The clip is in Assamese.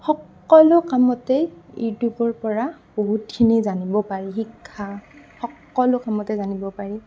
সকলো কামতেই ইউটিউবৰ পৰা বহুতখিনি জানিব পাৰি শিক্ষা সকলো কামতে জানিব পাৰি